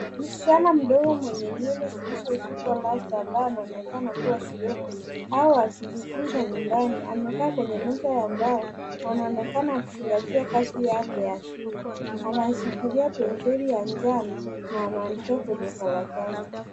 Msichana mdogo mwenye nywele zilizosukwa rasta anaonekana shuleni hao wakijifunza nyumbani amekaa kwenye meza ya mbao na anaonekana akiziletea kazi Yake ya shule anashikilia penseli ya njano na anaandika kwenye karatasi.